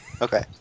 Okay